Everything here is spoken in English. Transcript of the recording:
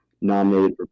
nominated